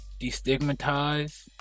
destigmatize